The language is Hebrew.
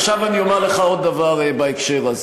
חוץ מלמה הפכתם חמש שנים לעשר שנים.